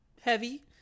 heavy